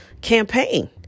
campaign